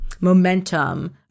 momentum